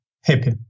happy